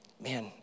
man